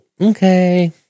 okay